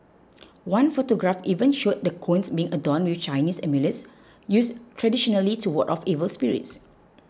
one photograph even showed the cones being adorn with Chinese amulets used traditionally to ward off evil spirits